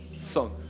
song